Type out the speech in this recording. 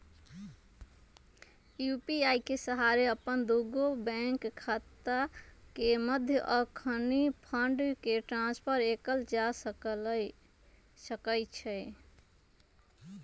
UPI के सहारे अप्पन दुगो बैंक खता के मध्य अखनी फंड के ट्रांसफर कएल जा सकैछइ